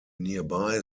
nearby